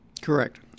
Correct